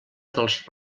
dels